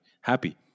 happy